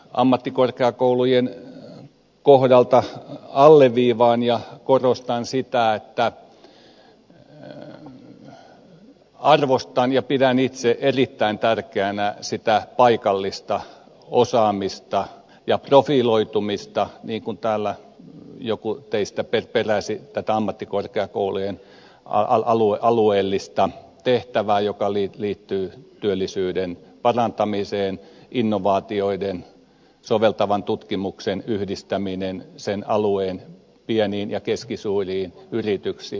ammattikorkeakoulujen kohdalta alleviivaan ja korostan sitä että arvostan ja pidän itse erittäin tärkeänä sitä paikallista osaamista ja profiloitumista niin kuin täällä joku teistä peräsi tätä ammattikorkeakoulujen alueellista tehtävää joka liittyy työllisyyden parantamiseen ja innovaatioiden soveltavan tutkimuksen yhdistämiseen sen alueen pieniin ja keskisuuriin yrityksiin